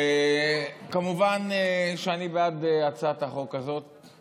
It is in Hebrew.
כמובן שאני בעד הצעת החוק הזאת,